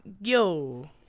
yo